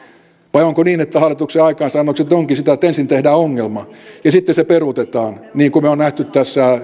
vai onko niin että hallituksen aikaansaannokset ovatkin sitä että ensin tehdään ongelma ja sitten se peruutetaan niin kuin me olemme nähneet